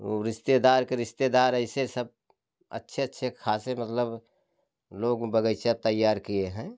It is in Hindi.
वो रिश्तेदार के रिश्तेदार ऐसे सब अच्छे अच्छे खासे मतलब लोग बगीचा तैयार किए हैं